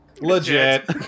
Legit